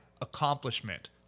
accomplishment